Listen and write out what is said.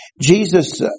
Jesus